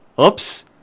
oops